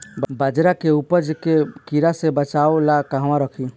बाजरा के उपज के कीड़ा से बचाव ला कहवा रखीं?